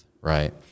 right